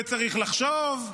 וצריך לחשוב,